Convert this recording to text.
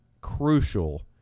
crucial